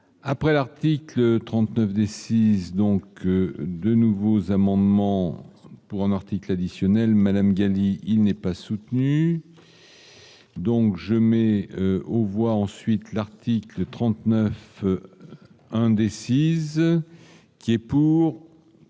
après l'article. 39 d6 donc de nouveaux amendements pour un article additionnel Madame il n'est pas soutenu. Donc je mets on voit ensuite l'article 39 indécise. C'est pour